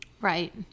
Right